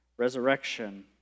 resurrection